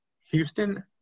Houston